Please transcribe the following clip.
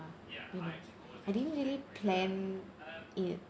you know I didn't really plan it